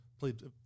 played